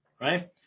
right